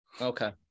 okay